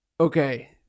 Okay